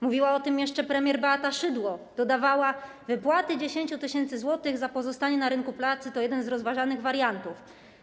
Mówiła o tym jeszcze premier Beata Szydło i dodawała: wypłaty 10 tys. zł za pozostanie na rynku pracy to jeden z rozważanych wariantów.